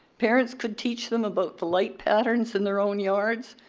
parents could teach them about the light patterns in their own yards,